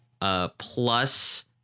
plus